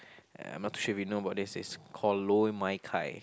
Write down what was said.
I'm not too sure if you know about this it's called lor-mai-kai